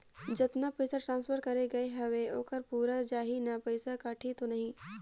जतना पइसा ट्रांसफर करे गये हवे ओकर पूरा जाही न पइसा कटही तो नहीं?